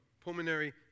pulmonary